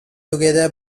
together